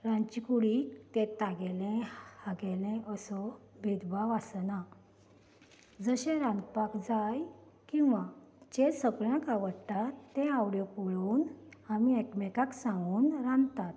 रांदचें कुडींत तें तागेलें हागेलें असो भेदभाव आसना जशें रांदपाक जाय किंवा जें सगळ्यांक आवडटा त्यो आवडट्यो पळोवन आमी एकमेकांक सांगून रांदतात